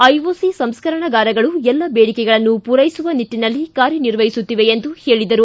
IOC ಸಂಸ್ಕರಣಾಗಾರಗಳು ಎಲ್ಲ ಬೇಡಿಕೆಗಳನ್ನು ಪೂರೈಸುವ ನಿಟ್ಟಿನಲ್ಲಿ ಕಾರ್ಯನಿರ್ವಹಿತ್ತಿವೆ ಎಂದು ಹೇಳಿದರು